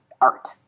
art